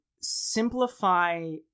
simplify